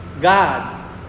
God